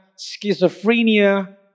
schizophrenia